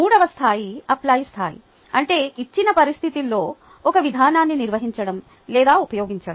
మూడవ స్థాయి అప్లై స్థాయి అంటే ఇచ్చిన పరిస్థితిలో ఒక విధానాన్ని నిర్వహించడం లేదా ఉపయోగించడం